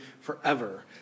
forever